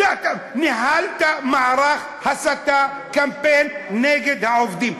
ניהלת מערך הסתה, קמפיין נגד העובדים.